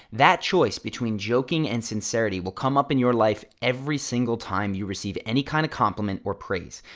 that choice between joking and sincerity will come up in your life every single time you receive any kind of compliment or praise.